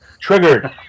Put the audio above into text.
Triggered